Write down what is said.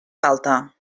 falta